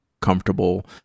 comfortable